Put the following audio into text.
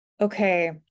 Okay